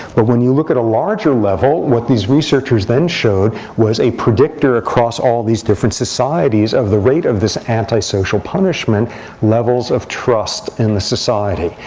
but when you look at a larger level what these researchers then showed was a predictor across all these different societies of the rate of this anti-social punishment levels of trust in the society.